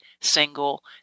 single